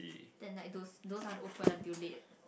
then like those those are open until late